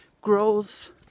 growth